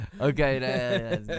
Okay